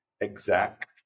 exact